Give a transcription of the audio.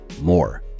more